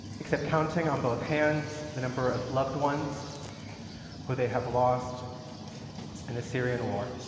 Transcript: except counting on both hands the number of loved ones who they have lost in the syrian war,